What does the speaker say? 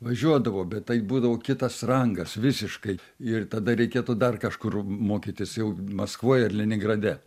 važiuodavo bet tai būdavo kitas rangas visiškai ir tada reikėtų dar kažkur mokytis jau maskvoj ar leningrade